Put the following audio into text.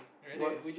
what's